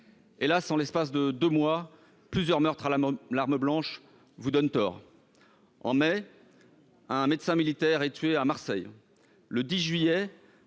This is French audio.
Hélas, en l'espace de deux mois, plusieurs meurtres à l'arme blanche vous donnent tort : au mois de mai dernier, un médecin militaire a été tué à Marseille